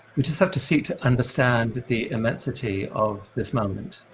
we just have to seek to understand the immensity of this moment.